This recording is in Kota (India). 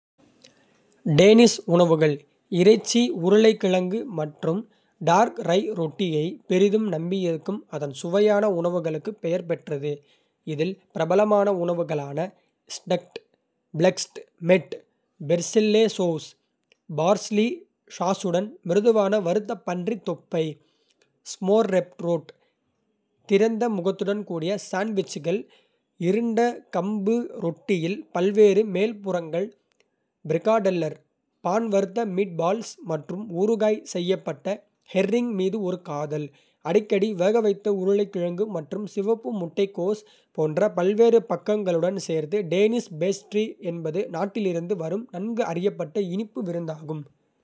டேனிஷ் உணவுகள், இறைச்சி, உருளைக்கிழங்கு மற்றும் டார்க் ரை ரொட்டியை பெரிதும் நம்பியிருக்கும் அதன் சுவையான உணவுகளுக்கு பெயர் பெற்றது. இதில் பிரபலமான உணவுகளான "ஸ்டெக்ட் ஃப்ளெஸ்க் மெட் பெர்சில்லெசோவ்ஸ் பார்ஸ்லி சாஸுடன் மிருதுவான வறுத்த பன்றி தொப்பை. ஸ்மோர்ரெப்ரோட் திறந்த முகத்துடன் கூடிய சாண்ட்விச்கள் இருண்ட கம்பு ரொட்டியில் பல்வேறு மேல்புறங்கள், ப்ரிகாடெல்லர் (பான்-வறுத்த மீட்பால்ஸ், மற்றும் ஊறுகாய் செய்யப்பட்ட ஹெர்ரிங் மீது ஒரு காதல், அடிக்கடி வேகவைத்த உருளைக்கிழங்கு மற்றும் சிவப்பு முட்டைக்கோஸ் போன்ற பல்வேறு பக்கங்களுடன் சேர்ந்து. டேனிஷ் பேஸ்ட்ரி என்பது நாட்டிலிருந்து வரும் நன்கு அறியப்பட்ட இனிப்பு விருந்தாகும்.